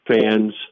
fans